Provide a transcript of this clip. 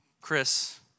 Chris